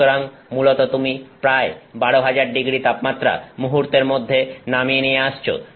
সুতরাং মূলত তুমি প্রায় 12000º তাপমাত্রা মুহুর্তের মধ্যে নামিয়ে নিয়ে আসছো